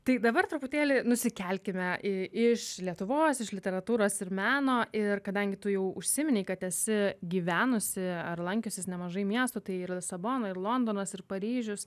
tai dabar truputėlį nusikelkime į iš lietuvos iš literatūros ir meno ir kadangi tu jau užsiminei kad esi gyvenusi ar lankiusis nemažai miestų tai ir lisabona ir londonas ir paryžius